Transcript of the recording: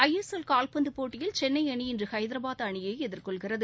ISL கால்பந்து போட்டியில் சென்னை அணி இன்று ஹைதராபாத் அணியை எதிர்கொள்கிறது